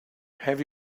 have